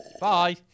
Bye